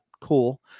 Cool